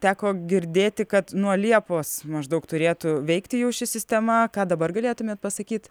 teko girdėti kad nuo liepos maždaug turėtų veikti jau ši sistema ką dabar galėtumėt pasakyt